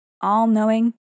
all-knowing